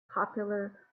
popular